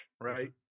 right